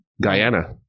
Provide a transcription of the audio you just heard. Guyana